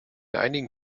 einigen